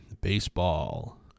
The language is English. baseball